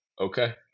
okay